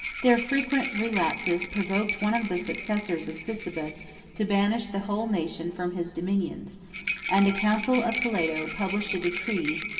their frequent relapses provoked one of the successors of sisebut to banish the whole nation from his dominions and a council of toledo published a decree,